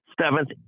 Seventh